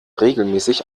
regelmäßig